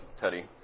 Teddy